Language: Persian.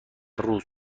روز